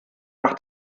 nach